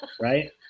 right